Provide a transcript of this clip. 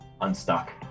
unstuck